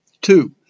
Two